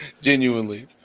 Genuinely